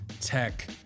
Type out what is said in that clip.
tech